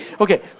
Okay